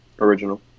original